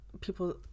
people